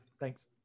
Thanks